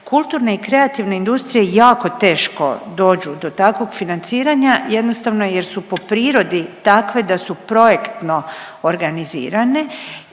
kulturne i kreativne industrije jako teško dođu do takvog financiranja jednostavno jer su po prirodi takve da su projektno organizirane